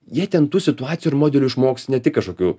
jie ten tų situacijų ir modelių išmoks ne tik kažkokių